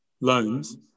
loans